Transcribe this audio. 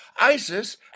isis